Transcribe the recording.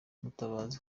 mutabazi